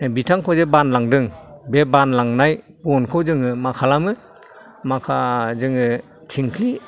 बिथांखौ जे बानलांदों बे बानलांनाय गनखौ जोङो मा खालामो जोङो थिंख्लि